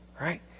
right